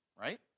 right